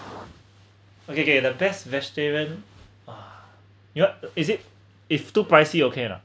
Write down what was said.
okay K the best vegetarian uh you what is it if too pricey okay or not